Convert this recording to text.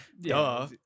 duh